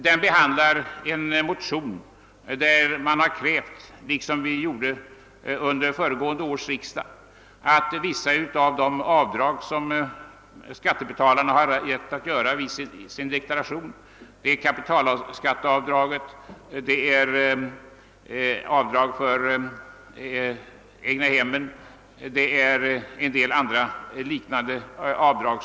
Den behandlar en motion där man har krävt, liksom vi gjorde under föregående års riksdag, en anpassning till penningvärdeförsämringen av vissa av de avdrag som skattebetalarna har rätt att göra i sin deklaration — kapitalskatteavdraget, avdraget för egnahemmen och en del andra liknande avdrag.